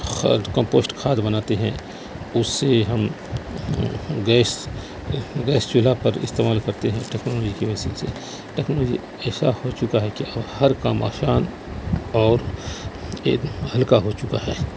کھاد کمپوسٹ کھاد بناتے ہیں اس سے ہم گیس گیس چولہا پر استعمال کرتے ہیں ٹیکنالوجی کی وجہ سے ٹیکنالوجی ایسا ہو چکا ہے کہ اب ہر کام آسان اور ایک ہلکا ہو چکا ہے